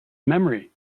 memory